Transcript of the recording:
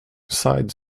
side